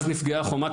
אז נפגעה חומת